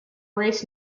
race